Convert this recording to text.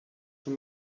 too